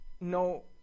no